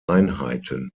einheiten